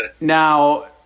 Now